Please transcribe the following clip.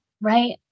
right